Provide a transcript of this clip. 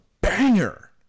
banger